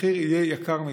המחיר יהיה יקר מדי.